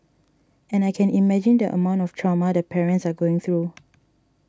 and I can imagine the amount of trauma the parents are going through